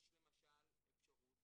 יש למשל אפשרות